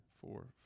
four